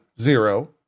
Zero